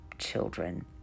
children